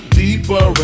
deeper